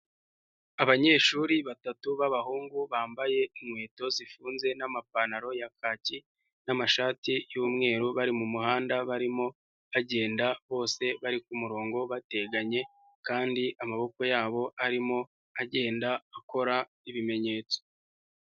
Abanyeshuri batatu b'abahungu bambaye inkweto zifunze n'amapantaro ya kaki n'amashati y'umweru, bari mu muhanda barimo bagenda bose bari ku murongo bateganye, kandi amaboko yabo arimo agenda akora ibimenyetso.